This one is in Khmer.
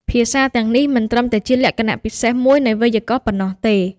ភាសាទាំងនេះមិនត្រឹមតែជាលក្ខណៈពិសេសមួយនៃវេយ្យាករណ៍ប៉ុណ្ណោះទេ។